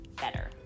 better